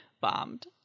bombed